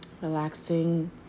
Relaxing